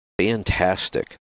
fantastic